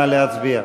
נא להצביע.